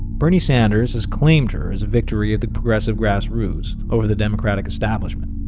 bernie sanders has claimed her as a victory of the progressive grassroots over the democratic establishment.